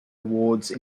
awards